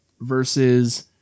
versus